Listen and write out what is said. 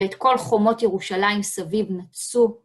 ואת כל חומות ירושלים סביב נצו.